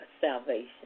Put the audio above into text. salvation